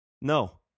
no